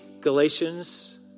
Galatians